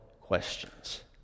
questions